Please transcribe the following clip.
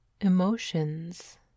emotions